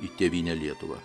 į tėvynę lietuvą